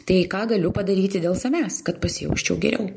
tai ką galiu padaryti dėl savęs kad pasijausčiau geriau